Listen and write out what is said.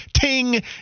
ting